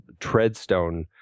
Treadstone